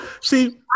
see